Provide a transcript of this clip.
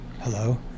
Hello